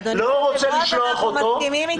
אדוני, על הרוב אנחנו מסכימים איתך.